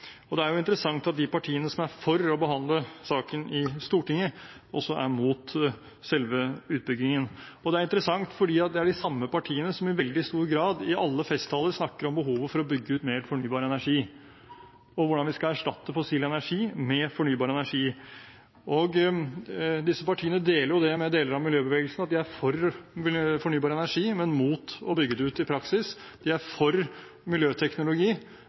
Det er interessant at de partiene som er for å behandle saken i Stortinget, også er imot selve utbyggingen. Det er interessant, fordi det er de samme partiene som i veldig stor grad i alle festtaler snakker om behovet for å bygge ut mer fornybar energi, og hvordan vi skal erstatte fossil energi med fornybar energi. Disse partiene deler med deler av miljøbevegelsen at de er for fornybar energi, men imot å bygge det ut i praksis. De er for miljøteknologi,